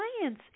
science